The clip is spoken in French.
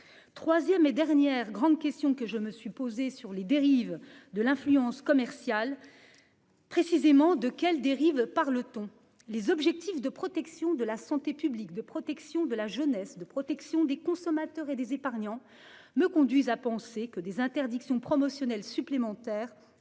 3ème et dernière grande question que je me suis posé sur les dérives de l'influence commerciale. Précisément de quelle dérive parle-t-on